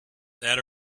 that